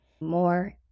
more